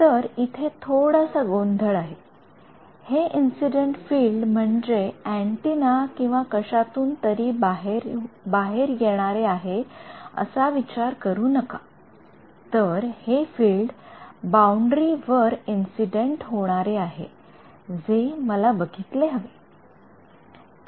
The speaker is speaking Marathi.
तर इथे थोडासा गोंधळ आहे हे इंसिडेंट फील्ड म्हणजे अँटीना किंवा कशातून तरी बाहेर येणारे आहे असा विचार करू नका तर हे फील्ड बाउंडरी वर इंसिडेंट होणारे आहे जे मला बघितले हवे